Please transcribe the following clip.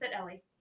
Ellie